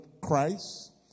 Christ